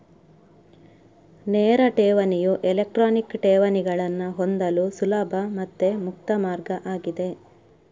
ನೇರ ಠೇವಣಿಯು ಎಲೆಕ್ಟ್ರಾನಿಕ್ ಠೇವಣಿಗಳನ್ನ ಹೊಂದಲು ಸುಲಭ ಮತ್ತೆ ಮುಕ್ತ ಮಾರ್ಗ ಆಗಿದೆ